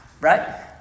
right